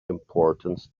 importance